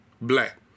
black